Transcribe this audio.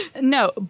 No